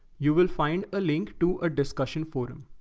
you will find a link to a discussion forum.